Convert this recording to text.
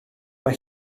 mae